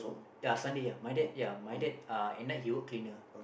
ya Sunday ya my dad ya my dad uh at night he work cleaner